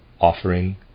offering